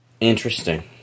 Interesting